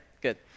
Good